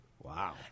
Wow